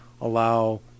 allow